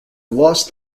lost